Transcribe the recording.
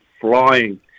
flying